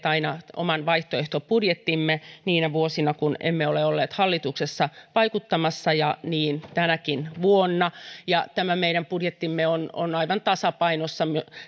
aina oman vaihtoehtobudjettimme niinä vuosina kun emme ole olleet hallituksessa vaikuttamassa ja niin tänäkin vuonna tämä meidän budjettimme on on aivan tasapainossa